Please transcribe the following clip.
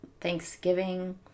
Thanksgiving